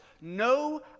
No